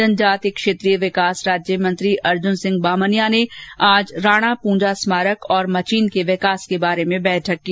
जनजाति क्षेत्रीय विकास राज्यमंत्री अर्जुन सिंह बामनिया ने आज राणा पृंजा स्मारक और मचीन्द के विकास के बारे में बैठक की